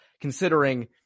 considering